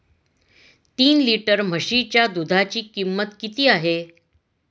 तीन लिटर म्हशीच्या दुधाची किंमत किती आहे?